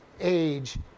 age